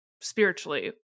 spiritually